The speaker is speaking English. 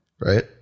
right